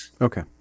Okay